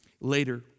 Later